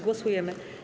Głosujemy.